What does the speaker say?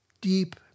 deep